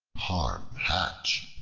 harm hatch,